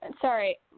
Sorry